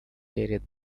перед